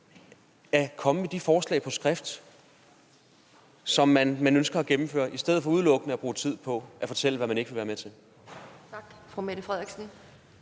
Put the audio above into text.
at komme med de forslag, som man ønsker at gennemføre, på skrift i stedet for udelukkende at bruge tid på at fortælle, hvad man ikke vil være med til?